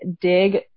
dig